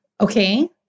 Okay